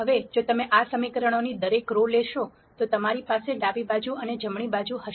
હવે જો તમે આ સમીકરણની દરેક રો લેશો તો તમારી પાસે ડાબી બાજુ અને જમણી બાજુ હશે